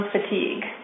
Fatigue